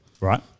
Right